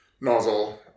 nozzle